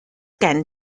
gen